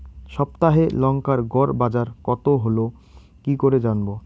সপ্তাহে লংকার গড় বাজার কতো হলো কীকরে জানবো?